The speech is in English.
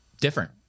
different